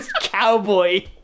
Cowboy